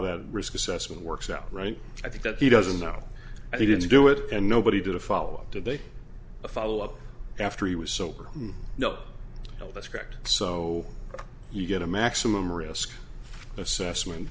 that risk assessment works out right i think that he doesn't know he didn't do it and nobody did a follow up to a follow up after he was sober no no that's correct so you get a maximum risk assessment